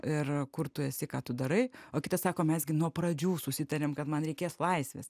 ir kur tu esi ką tu darai o kitas sako mes gi nuo pradžių susitarėm kad man reikės laisvės